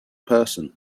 person